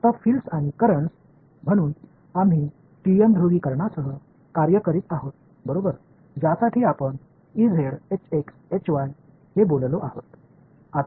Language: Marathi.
आता फील्ड्स आणि करंट्स म्हणून आम्ही टीएम ध्रुवीकरणासह कार्य करीत आहोत बरोबर ज्यासाठी आपण हे बोललो आहोत